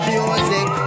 Music